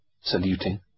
saluting